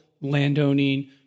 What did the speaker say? landowning